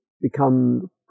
become